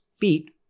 feet